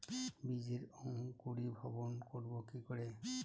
বীজের অঙ্কুরিভবন করব কি করে?